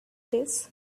this